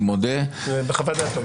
בחוות הדעת.